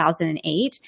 2008